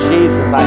Jesus